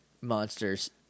monsters